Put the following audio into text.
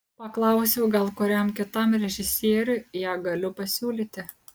paklausiau gal kuriam kitam režisieriui ją galiu pasiūlyti